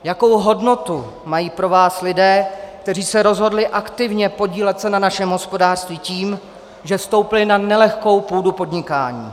Jakou hodnotu mají pro vás lidé, kteří se rozhodli aktivně podílet na našem hospodářství tím, že vstoupili na nelehkou půdu podnikání?